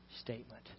statement